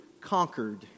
conquered